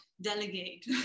delegate